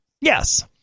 Yes